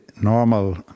normal